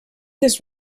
this